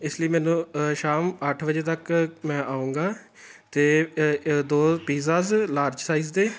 ਇਸ ਲਈ ਮੈਨੂੰ ਸ਼ਾਮ ਅੱਠ ਵਜੇ ਤੱਕ ਮੈਂ ਆਉਂਗਾ ਅਤੇ ਦੋ ਪੀਜ਼ਾਜ ਲਾਰਜ ਸਾਈਜ਼ ਦੇ